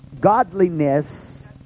godliness